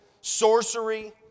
sorcery